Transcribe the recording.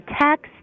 text